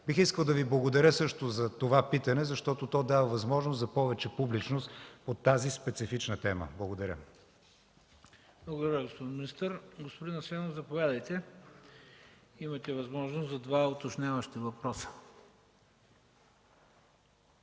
Бих искал да Ви благодаря също за това питане, защото то дава възможност за повече публичност по тази специфична тема. Благодаря. ПРЕДСЕДАТЕЛ ХРИСТО БИСЕРОВ: Благодаря, господин министър. Господин Асенов, заповядайте. Имате възможност за два уточняващи въпроса.